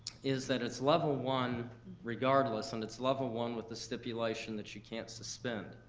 is that it's level one regardless, and it's level one with the stipulation that you can't suspend.